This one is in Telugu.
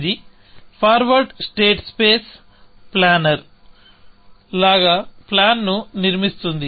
ఇది ఫార్వర్డ్ స్టేట్ స్పేస్ ప్లానర్ లాగా ప్లాన్ ను నిర్మిస్తోంది